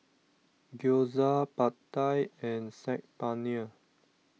Gyoza Pad Thai and Saag Paneer